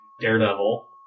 Daredevil